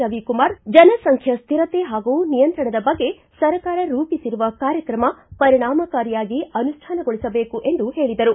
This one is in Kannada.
ರವಿಕುಮಾರ್ ಜನಸಂಖೈಯ ಸ್ಥಿರತೆ ಹಾಗೂ ನಿಯಂತ್ರಣದ ಬಗ್ಗೆ ಸರ್ಕಾರ ರೂಪಿಸಿರುವ ಕಾರ್ಯಕ್ರಮ ಪರಿಣಾಮಕಾರಿಯಾಗಿ ಅನುಷ್ಟಾನಗೊಳಿಸಬೇಕು ಎಂದು ಹೇಳಿದರು